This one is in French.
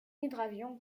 hydravion